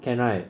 can right